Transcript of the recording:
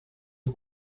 est